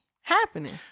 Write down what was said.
happening